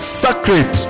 sacred